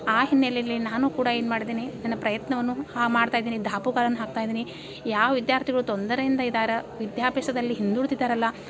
ಆ ಹಿನ್ನೆಲೆಯಲ್ಲಿ ನಾನು ಕೂಡ ಏನು ಮಾಡಿದ್ದೀನಿ ನನ್ನ ಪ್ರಯತ್ನವನ್ನು ಹಾ ಮಾಡ್ತಾ ಇದ್ದೀನಿ ದಾಪುಗಾಲನ್ನು ಹಾಕ್ತಾ ಇದ್ದೀನಿ ಯಾವ ವಿದ್ಯಾರ್ಥಿಗಳು ತೊಂದರೆಯಿಂದ ಇದ್ದಾರೋ ವಿದ್ಯಾಭ್ಯಾಸದಲ್ಲಿ ಹಿಂದುಳಿದಿದ್ದಾರಲ್ಲ